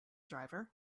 driver